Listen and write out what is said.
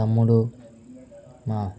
తమ్ముడు మా